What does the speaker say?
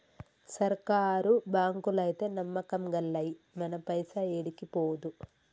సర్కారు బాంకులైతే నమ్మకం గల్లయి, మన పైస ఏడికి పోదు